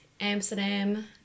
amsterdam